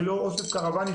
ולא אוסף של קרוואנים,